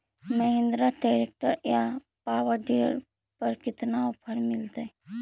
Mahindra tractor या power dealer पर कितना ओफर मीलेतय?